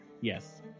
Yes